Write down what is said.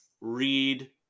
read